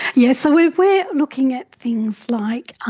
yes, so we we are looking at things like